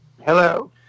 Hello